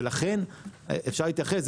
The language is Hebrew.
ולכן אפשר להתייחס,